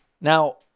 Now